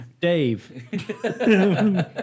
Dave